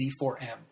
Z4M